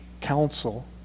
council